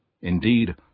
Indeed